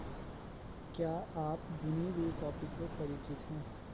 क्या आप भुनी हुई कॉफी से परिचित हैं?